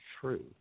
true